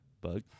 Bug